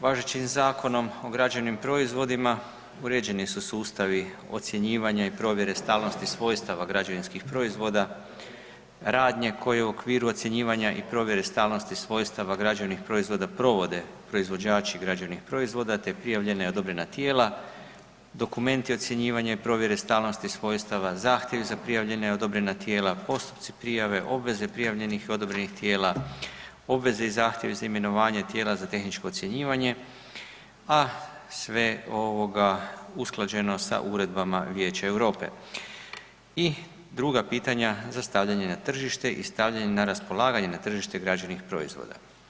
Važećim Zakonom o građevnim proizvodima uređeni su sustavi ocjenjivanja i provjere stalnosti svojstava građevinskih proizvoda, radnje koje u okviru ocjenjivanja i provjere stalnosti svojstava građevnih proizvoda provode proizvođači građevnih proizvoda te prijavljena i odobrena tijela, dokumenti ocjenjivanja i provjere stalnosti svojstava, zahtjevi za prijavljena i odobrena tijela, postupci prijave, obveze prijavljenih i odobrenih tijela, obveze i zahtjevi za imenovanje tijela za tehničko ocjenjivanje, a sve ovoga usklađeno sa Uredbama Vijeća Europe, i druga pitanja za stavljanje na tržište i stavljanje na raspolaganje na tržište građevnih proizvoda.